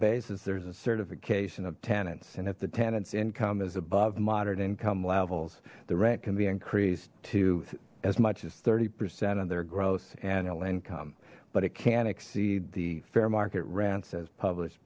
basis there's a certification of tenants and if the tenants income is above moderate income levels the rent can be increased to as much as thirty percent of their gross annual income but it can't exceed the fair market rents as published